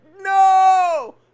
no